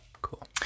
Cool